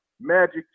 Magic